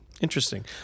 Interesting